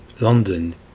London